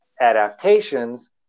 adaptations